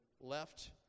left